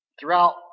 Throughout